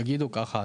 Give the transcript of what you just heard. יגידו ככה.